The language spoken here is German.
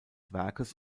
werkes